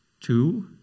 Two